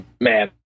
man